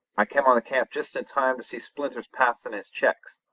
i kem on the camp just in time to see splinters pass in his checks,